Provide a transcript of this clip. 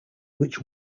which